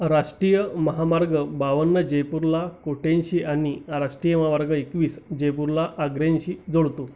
राष्ट्र्रीय महामार्ग बावन्न जयपूरला कोट्यांशी आणि राष्ट्र्रीय महामार्ग एकवीस जयपूरला आग्र्यांशी जोडतो